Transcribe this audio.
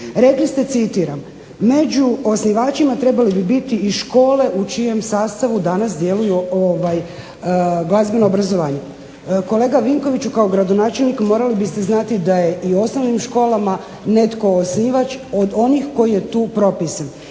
Rekli ste, citiram: „Među osnivačima trebali bi biti i škole u čijem sastavu danas djeluju glazbena obrazovanja.“ Kolega Vinkoviću kao gradonačelnik morali biste znati da je i u osnovnim školama netko osnivač od onih koji je tu propisan.